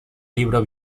libro